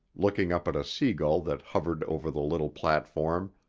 looking up at a seagull that hovered over the little platform,